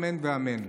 אמן ואמן.